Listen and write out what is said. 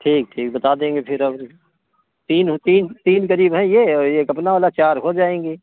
ठीक ठीक बता देंगे फिर और तीन और तीन तीन करीब हैं ये और एक अपना वाला चार हो जाएंगे